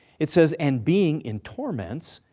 it says, and being in torments,